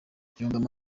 yungamo